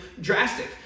drastic